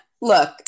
Look